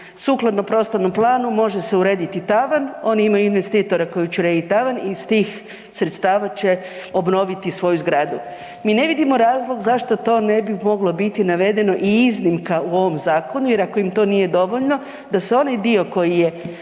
sukladno prostornom planu može se urediti tavan, oni imaju investitora koji će urediti tavan i iz tih sredstava će obnoviti svoju zgradu. Mi ne vidimo razlog zašto to ne bi moglo biti navedeno i iznimka u ovom zakonu jer ako im to nije dovoljno da se onaj dio koji je